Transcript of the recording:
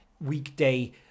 weekday